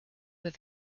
with